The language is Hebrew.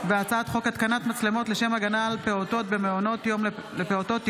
הצעת חוק התקנת מצלמות לשם הגנה על פעוטות במעונות יום לפעוטות (תיקון),